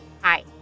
Hi